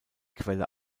quelle